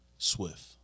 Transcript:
Swift